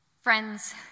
Friends